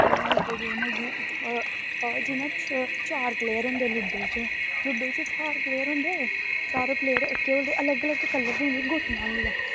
ludo game होई गेई जियां तार प्लेयर होंदे लूडो च लूडो च चार प्लेयर होंदे तारे प्योर केह् बोलदे अलग अलग कल्लर दियां गिट्टियां होंदियां